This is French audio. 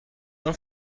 jean